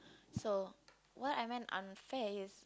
so what I meant unfair is